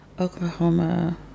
Oklahoma